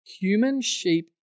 human-sheep